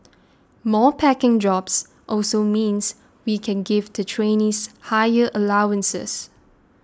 more packing jobs also means we can give the trainees higher allowances